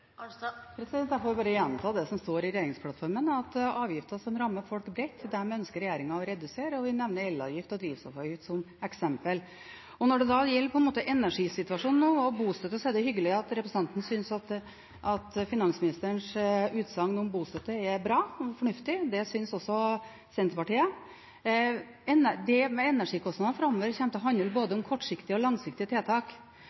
Jeg får bare gjenta det som står i regjeringsplattformen, at avgifter som rammer folk bredt, ønsker regjeringen å redusere, og vi nevner elavgift og drivstoffavgift som eksempel. Når det gjelder energisituasjonen nå og bostøtte, er det hyggelig at representanten synes at finansministerens utsagn om bostøtte er bra og fornuftig. Det synes også Senterpartiet. Det med energikostnadene framover kommer til å handle